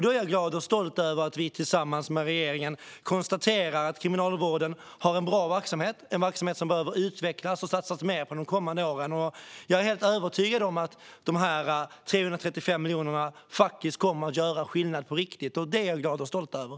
Då är jag glad och stolt över att vi tillsammans med regeringen konstaterar att Kriminalvården har en bra verksamhet, en verksamhet som behöver utvecklas och satsas mer på de kommande åren. Jag är helt övertygad om att de 335 miljonerna kommer att göra skillnad på riktigt, och det är jag glad och stolt över.